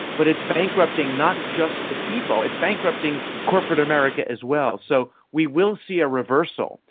but it's bankrupting not just the people, it's bankrupting corporate america as well. so we will see a reversal,